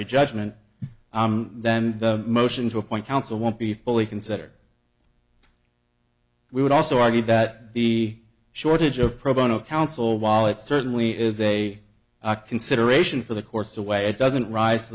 y judgment then the motion to appoint counsel won't be fully considered we would also argue that the shortage of pro bono counsel while it certainly is a consideration for the course the way it doesn't rise to